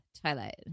twilight